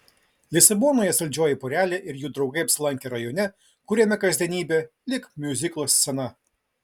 lisabonoje saldžioji porelė ir jų draugai apsilankė rajone kuriame kasdienybė lyg miuziklo scena